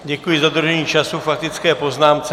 Děkuji za dodržení času k faktické poznámce.